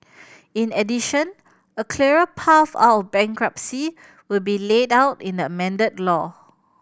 in addition a clearer path out bankruptcy will be laid out in the amended law